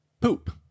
poop